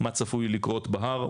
מה צפוי לקרות בהר,